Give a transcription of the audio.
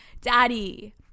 daddy